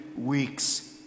weeks